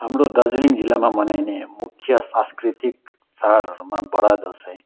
हाम्रो दार्जिलिङ जिल्लामा मनाइने मुख्य सांस्कृतिक चाडहरूमा बडा दसैँ